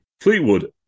Fleetwood